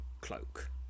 cloak